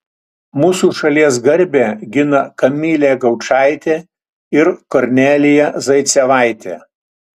mūsų šalies garbę gina kamilė gaučaitė ir kornelija zaicevaitė